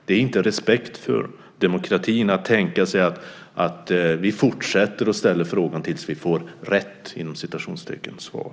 Det är inte respekt för demokratin att tänka sig att man fortsätter att ställa frågan tills man får "rätt" svar.